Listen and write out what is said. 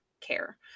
care